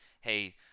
hey